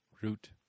root